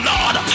Lord